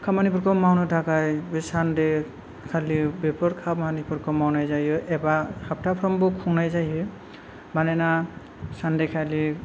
खामानिफोरखौ मावनो थाखाय बे सान्देखालि बेफोर खामानिफोरखौ मावनाय जायो एबा हाबथाफ्रामबो खुंनाय जायो मानोना सान्देखालि